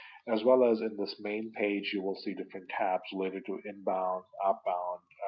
as well as in this main page, you will see different tabs related to inbound, outbound,